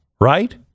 right